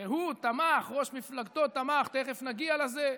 הרי הוא תמך, ראש מפלגתו תמך, תכף נגיע לזה,